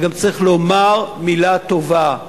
וצריך גם לומר מלה טובה.